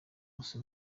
bose